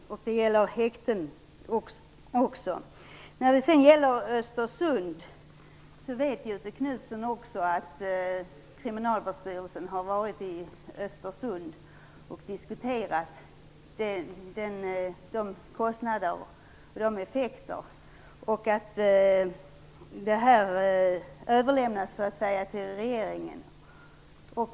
Göthe Knutson vet att Kriminalvårdsstyrelsen har varit i Östersund och diskuterat kostnader och effekter. Frågan överlämnas sedan till regeringen.